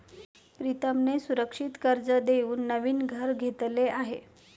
प्रीतमने सुरक्षित कर्ज देऊन नवीन घर घेतले आहे